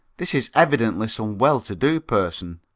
this is evidently some well-to-do person.